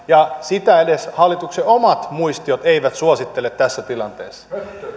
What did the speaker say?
ja sitä edes hallituksen omat muistiot eivät suosittele tässä tilanteessa